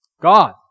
God